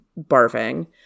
barfing